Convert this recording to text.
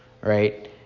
right